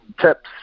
tips